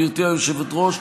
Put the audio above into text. גברתי היושבת-ראש,